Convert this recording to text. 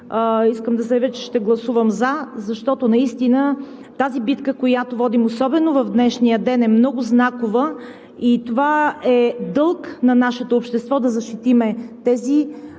искам да заявя, че ще гласувам „за“, защото наистина тази битка, която водим, особено в днешния ден, е много знакова и е дълг на нашето общество да защитим тези